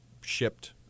shipped